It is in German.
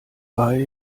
bei